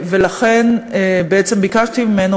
אני בעצם ביקשתי ממנו,